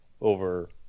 over